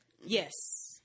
Yes